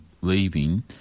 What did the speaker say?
leaving